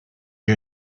you